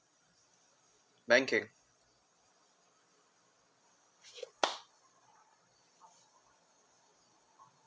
banking